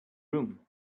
room